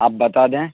آپ بتا دیں